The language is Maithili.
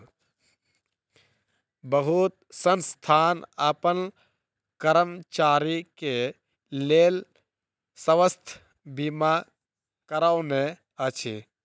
बहुत संस्थान अपन कर्मचारी के लेल स्वास्थ बीमा करौने अछि